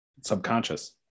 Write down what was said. subconscious